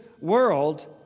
world